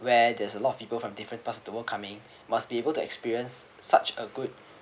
where there's a lot of people from different parts of the world coming must be able to experience such a good